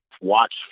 watch